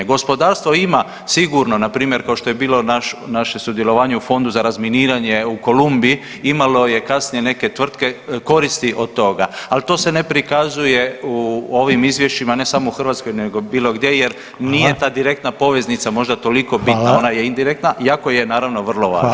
Gospodarstvo ima sigurno npr. kao što je bilo naš, naše sudjelovanje u fondu za razminiranje u Kolumbiji, imalo je kasnije neke tvrtke koristi od toga, ali to se ne prikazuje u ovim izvješćima ne samo u Hrvatskoj nego bilo gdje jer nije ta direktna [[Upadica: Hvala.]] poveznica možda toliko bitna [[Upadica: Hvala.]] ona je indirektna iako je naravno vrlo važna.